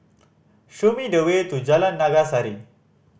show me the way to Jalan Naga Sari